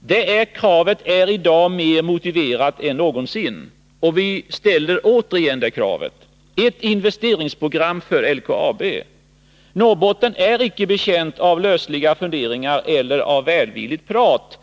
Det kravet är i dag mer motiverat än någonsin. Vi ställer återigen det kravet: ett investeringsprogram för LKAB. Norrbotten är inte betjänt av lösliga funderingar eller av välvilligt prat.